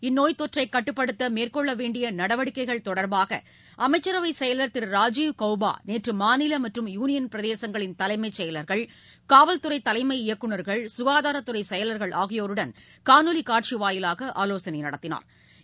இந்நோய் தொற்றை கட்டுப்படுத்த மேற்கொள்ள வேண்டிய நடவடிக்கைகள் தொடர்பாக அமைச்சரவை செயலர் திரு ராஜீவ் கவுபா நேற்று மாநில மற்றும் யூனியன் பிரதேசங்களின் தலைமை செயல்கள் காவல்துறை தலைமை இயக்குநர்கள் சுகாதாரத் துறை செயலர்கள் ஆகியோருடன் காணொலி காட்சி வாயிலாக ஆலோசனை நடத்தினாா்